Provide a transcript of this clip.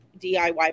DIY